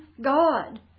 God